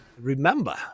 Remember